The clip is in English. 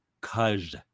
cuz